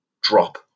drop